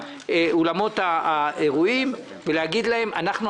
אולמות האירועים בעיניים ולהגיד להם: אנחנו,